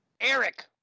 Eric